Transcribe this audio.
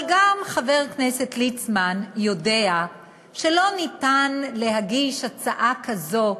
אבל גם חבר כנסת ליצמן יודע שאין אפשרות להגיש הצעה כזאת,